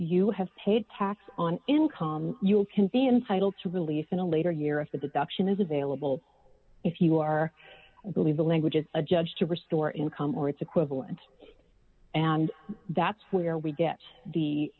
you have paid tax on income you can be entitled to relief in a later year if with adoption is available if you are believe the language is a judge to restore income or its equivalent and that's where we get the